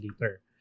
later